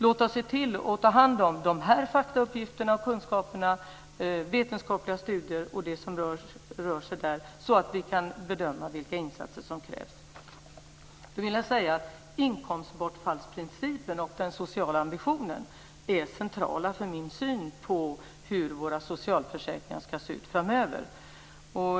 Låt oss se till att ta hand om de här faktauppgifterna och kunskaperna, de vetenskapliga studierna och det som rör sig där så att vi kan bedöma vilka insatser som krävs. Inkomstbortfallsprincipen och den sociala ambitionen är centrala för min syn på hur våra socialförsäkringar ska se ut framöver.